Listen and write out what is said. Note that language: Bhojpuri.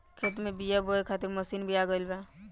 खेत में बीआ बोए खातिर मशीन भी आ गईल बा